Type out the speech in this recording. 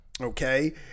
okay